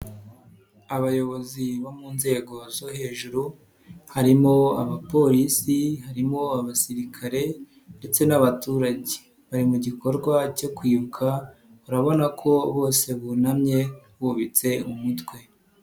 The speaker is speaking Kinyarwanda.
Abayobozi bo mu nzego zo hejuru harimo abapolisi, harimo abasirikare ndetse n'abaturage, bari mu gikorwa cyo kwibuka urabona ko bose bunamye bubitse umutwe.